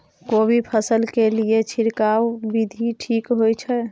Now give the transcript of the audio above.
कोबी फसल के लिए छिरकाव विधी ठीक होय छै?